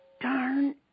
darn